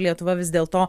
lietuva vis dėlto